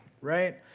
right